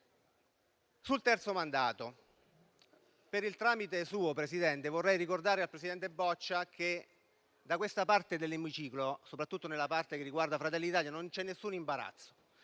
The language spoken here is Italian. Sul terzo mandato, per suo tramite, signora Presidente, vorrei ricordare al presidente Boccia che da questa parte dell'Emiciclo, soprattutto in quella che riguarda Fratelli d'Italia, non c'è alcun imbarazzo: